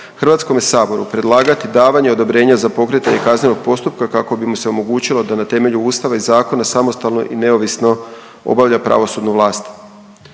Hrvatskome saboru predlagati davanje odobrenja za pokretanje kaznenog postupka kako bi mu se omogućilo da na temelju Ustava i zakona samostalno i neovisno obavlja pravosudnu vlast.